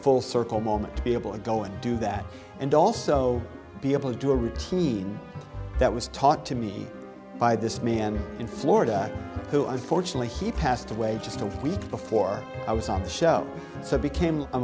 full circle moment to be able to go and do that and also be able to do a routine that was taught to me by this man in florida who unfortunately he passed away just a week before i was on the show so i became a